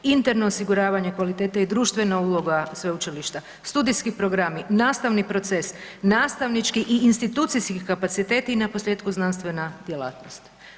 Interno osiguravanje kvalitete i društvena uloga sveučilišta, studijski programi, nastavni proces, nastavnički i institucijski kapaciteti i naposljetku znanstvena djelatnost.